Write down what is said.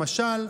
למשל,